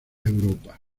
europa